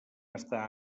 està